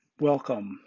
Welcome